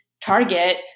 target